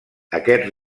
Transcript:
aquest